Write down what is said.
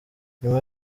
nyuma